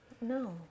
No